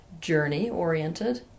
journey-oriented